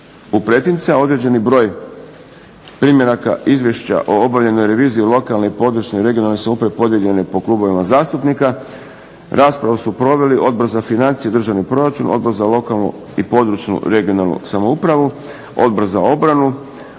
u pretince, a određeni broj primjeraka izvješća o obavljenoj reviziji lokalne, područne (regionalne) samouprave podijeljene po klubovima zastupnika. Raspravu su proveli Odbor za financije i državni proračun, Odbor za lokalnu i područnu (regionalnu) samoupravu, Odbor za obranu,